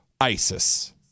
ISIS